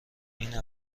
این